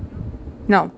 now